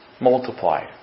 multiplied